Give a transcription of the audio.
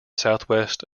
southwest